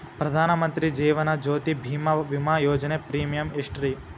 ಪ್ರಧಾನ ಮಂತ್ರಿ ಜೇವನ ಜ್ಯೋತಿ ಭೇಮಾ, ವಿಮಾ ಯೋಜನೆ ಪ್ರೇಮಿಯಂ ಎಷ್ಟ್ರಿ?